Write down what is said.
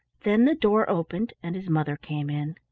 then the door opened and his mother came in.